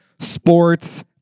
sports